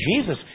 Jesus